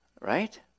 right